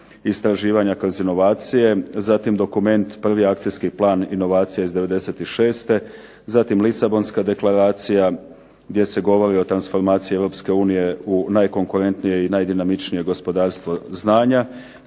istraživanja kroz inovacije, zatim dokument prvi akcijski plan inovacije iz '96., zatim Lisabonska deklaracija gdje se govori o transformaciji Europske unije u najkonkurentnijoj i najdinamičnijoj gospodarstvo znanja